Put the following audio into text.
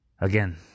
Again